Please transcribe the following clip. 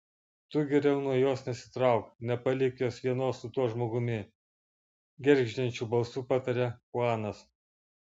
tu geriau nuo jos nesitrauk nepalik jos vienos su tuo žmogumi gergždžiančiu balsu pataria chuanas